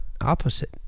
opposite